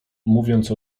mówiąc